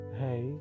hey